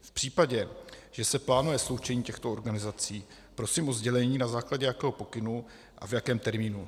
V případě, že se plánuje sloučení těchto organizací, prosím o sdělení, na základě jakého pokynu a v jakém termínu.